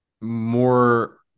more